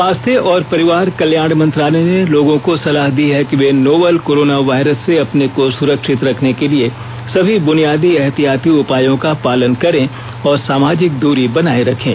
स्वास्थ्य और परिवार कल्याण मंत्रालय ने लोगों को सलाह दी है कि वे नोवल कोरोना वायरस से अपने को सुरक्षित रखने के लिए सभी बुनियादी एहतियाती उपायों का पालन करें और सामाजिक दूरी बनाए रखें